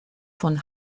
von